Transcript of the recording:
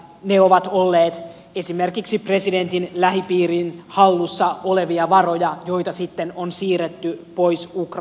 ne ovat olleet esimerkiksi presidentin lähipiirin hallussa olevia varoja joita sitten on siirretty pois ukrainasta